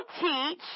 teach